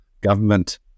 government